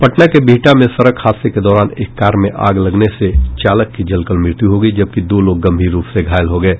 पटना के बिहटा में सड़क हादसे के दौरान एक कार में आग लगने से चालक की जलकर मृत्यु हो गयी जबकि दो लोग गंभीर रूप से घायल हो गये